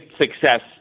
success